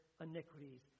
iniquities